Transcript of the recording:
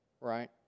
Right